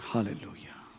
Hallelujah